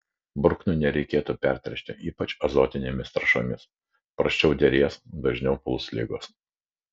bruknių nereikėtų pertręšti ypač azotinėmis trąšomis prasčiau derės dažniau puls ligos